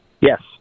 Yes